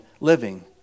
living